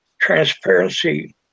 transparency